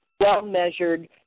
well-measured